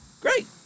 Great